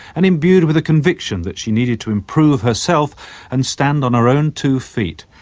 and imbued with a conviction that she needed to improve herself and stand on her own two feet.